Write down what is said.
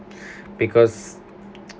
because